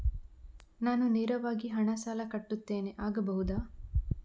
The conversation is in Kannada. ನಾನು ನೇರವಾಗಿ ಹಣ ಸಾಲ ಕಟ್ಟುತ್ತೇನೆ ಆಗಬಹುದ?